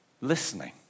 listening